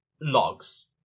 logs